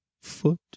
foot